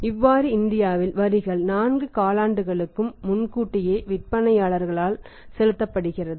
இவ்வாறு இந்தியாவில் வரிகள் 4 காலாண்டுகளுக்கும் முன்கூட்டியே விற்பனையாளர்களால் செலுத்தப்படுகிறது